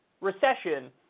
Recession